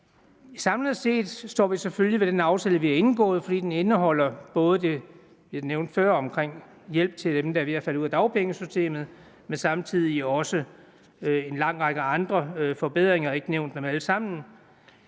Samlet set står vi selvfølgelig ved den aftale, vi har indgået, fordi den indeholder både det, jeg nævnte før, om hjælp til dem, der er ved at falde ud af dagpengesystemet, og også en lang række andre forbedringer.